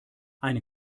eine